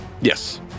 Yes